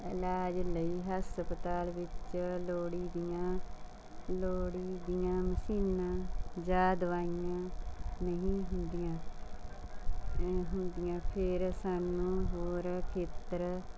ਇਲਾਜ ਲਈ ਹਸਪਤਾਲ ਵਿੱਚ ਲੋੜੀਂਦੀਆਂ ਲੋੜੀਂਦੀਆਂ ਮਸ਼ੀਨਾਂ ਜਾਂ ਦਵਾਈਆਂ ਨਹੀਂ ਹੁੰਦੀਆਂ ਅ ਹੁੰਦੀਆਂ ਫਿਰ ਸਾਨੂੰ ਹੋਰ ਖੇਤਰ